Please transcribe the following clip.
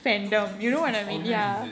yo it's it's organised is it